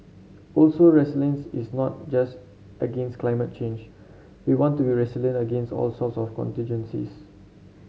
also resilience is not just against climate change we want to be resilient against all sorts of contingencies